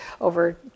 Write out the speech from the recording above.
over